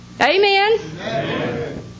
Amen